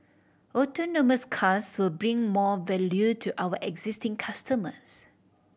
autonomous cars will bring more value to our existing customers